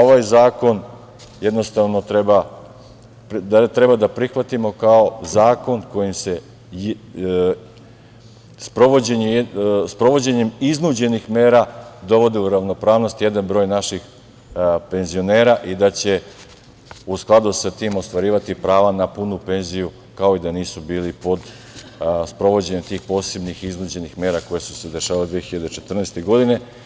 Ovaj zakon jednostavno treba da prihvatimo kao zakon kojim se sprovođenjem iznuđenih mera dovodi u ravnopravnost jedan broj naših penzionera i da će u skladu sa tim ostvarivati prava na punu penziju, kao i da nisu bili pod sprovođenjem tih posebnih iznuđenih mera koje su se dešavale 2014. godine.